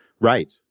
right